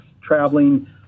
traveling